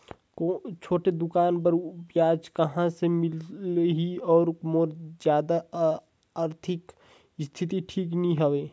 छोटे दुकान बर ब्याज कहा से मिल ही और मोर जादा आरथिक स्थिति ठीक नी हवे?